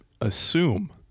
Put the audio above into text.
assume